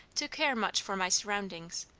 to care much for my surroundings,